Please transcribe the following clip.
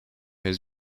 his